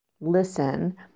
listen